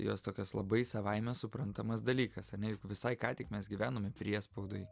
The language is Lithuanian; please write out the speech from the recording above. jos tokios labai savaime suprantamas dalykas ar ne visai ką tik mes gyvenome priespaudoj